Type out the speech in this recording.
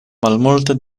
malmulte